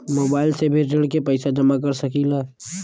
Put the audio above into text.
Mobile से भी ऋण के पैसा जमा कर सकी ला?